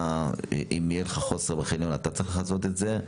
אם יהיה לך חוסר בחניון, אתה צריך לכסות את זה.